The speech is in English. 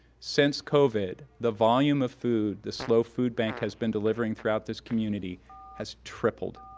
since covid, the volume of food the slo food bank has been delivering throughout this community has tripled.